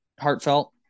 heartfelt